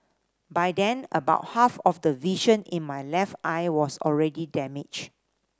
by then about half of the vision in my left eye was already damaged